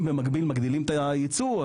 אם במקביל מגדילים את היצור,